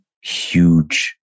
huge